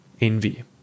Envy